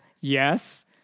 Yes